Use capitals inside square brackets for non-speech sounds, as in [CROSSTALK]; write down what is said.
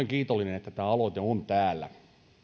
[UNINTELLIGIBLE] kiitollinen että tämä aloite on täällä